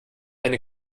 eine